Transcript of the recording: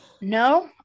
No